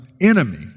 enemy